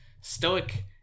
Stoic